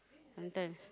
sometimes